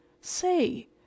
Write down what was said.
Say